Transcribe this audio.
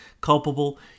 culpable